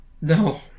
no